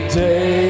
day